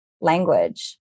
language